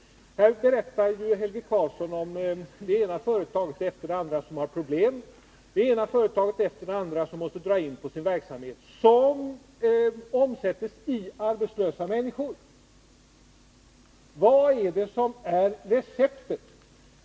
Här berättar Helge Karlsson om det ena företaget efter det andra som har problem, om det ena företaget efter det andra som måste dra in på sin verksamhet och om hur detta omsätts i arbetslösa människor. Vilket är då receptet?